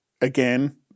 again